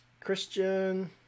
Christian